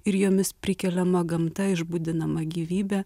ir jomis prikeliama gamta išbudinama gyvybė